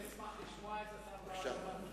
אני אשמח לשמוע את השר ברוורמן.